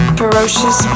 ferocious